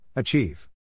Achieve